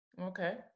Okay